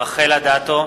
רחל אדטו,